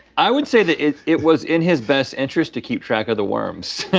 i would say that it it was in his best interest to keep track of the worms.